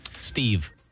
Steve